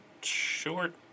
short